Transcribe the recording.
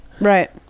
Right